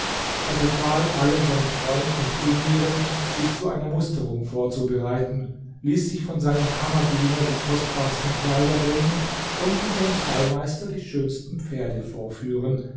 er befahl allen seinen freunden und emiren sich zu einer musterung vorzubereiten ließ sich von seinem kammerdiener die kostbarsten kleider bringen und von seinem stallmeister die schönsten pferde vorführen